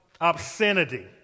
obscenity